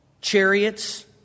chariots